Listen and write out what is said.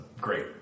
great